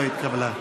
לא התקבלה.